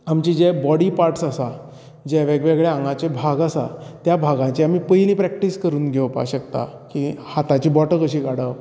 आमचे जे body parts आसा जे वेगवेगळे आंगाचे भाग आसा त्या भागाचे आमी पयली प्रॅक्टीस करून घेवपाक शकताक की हाताची बोटां कशी काडप